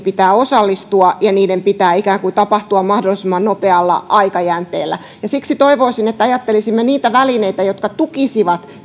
pitää osallistua ja niiden pitää tapahtua ikään kuin mahdollisimman nopealla aikajänteellä siksi toivoisin että ajattelisimme niitä välineitä jotka tukisivat